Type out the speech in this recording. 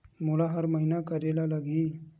मोला हर महीना करे ल लगही?